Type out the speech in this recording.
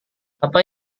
apa